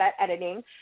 editing